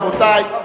רבותי,